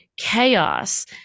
chaos